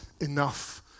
enough